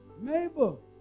Mabel